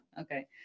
Okay